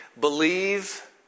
Believe